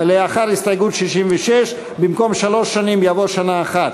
לאחר הסתייגות 66: במקום "שלוש שנים" יבוא "שנה אחת".